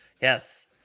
Yes